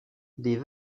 des